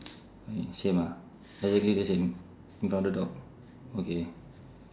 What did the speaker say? okay same ah exactly the same without the dog okay